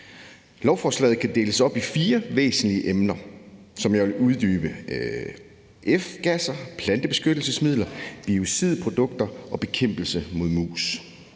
Lovforslaget kan deles op i fire væsentlige emner, som jeg vil uddybe, nemlig F-gasser, plantebeskyttelsesmidler, biocidprodukter og bekæmpelselsesmidler